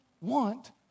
want